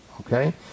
okay